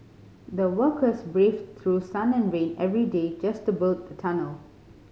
the workers braved through sun and rain every day just to build the tunnel